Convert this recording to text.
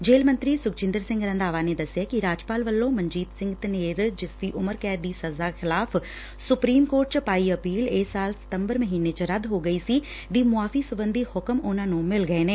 jail ਮੰਤਰੀ ਸੁਖਜਿੰਦਰ ਸਿੰਘ ਰੰਧਾਵਾ ਨੇ ਦਸਿਆ ਕਿ ਰਾਜਪਾਲ ਵਲੋਂ ਮਨਜੀਤ ਸਿੰਘ ਧਨੇਰ ਜਿਸ ਦੀ ਉਮਰ ਕੈਦ ਦੀ ਸਜ਼ਾ ਖਿਲਾਫ਼ ਸੁਪਰੀਮ ਕੋਰਟ ਚ ਪਾਈ ਅਪੀਲ ਇਸ ਸਾਲ ਸਤੰਬਰ ਮਹੀਨੇ ਰੱਦ ਹੋ ਗਈ ਸੀ ਦੀ ਮੁਆਫ਼ੀ ਸਬੰਧੀ ਹੁਕਮ ਉਨ੍ਹਾਂ ਨੂੰ ਮਿਲ ਗਏ ਨੇ